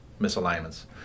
misalignments